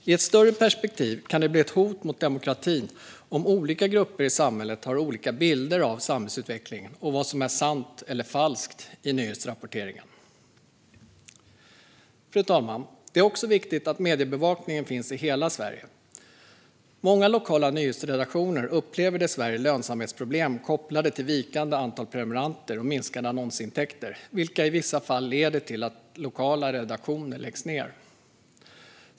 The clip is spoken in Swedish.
I ett större perspektiv kan det bli ett hot mot demokratin om olika grupper i samhället har olika bilder av samhällsutvecklingen och vad som är sant eller falskt i nyhetsrapporteringen. Fru talman! Det är också viktigt att mediebevakningen finns i hela Sverige. Många lokala nyhetsredaktioner upplever dessvärre lönsamhetsproblem kopplade till vikande antal prenumeranter och minskade annonsintäkter, vilket i vissa fall leder till att lokala redaktioner läggs ned.